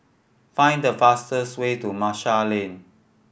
find the fastest way to Marshall Lane